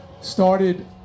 started